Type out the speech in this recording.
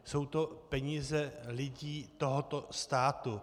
Jsou to peníze lidí tohoto státu.